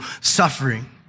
suffering